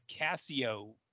Casio